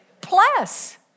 Plus